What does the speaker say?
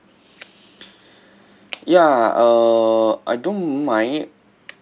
ya uh I don't mind